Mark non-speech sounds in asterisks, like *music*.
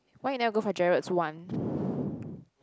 why you never go for Gerald's one *breath*